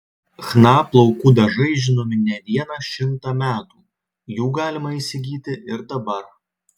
chna plaukų dažai žinomi ne vieną šimtą metų jų galima įsigyti ir dabar